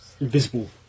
invisible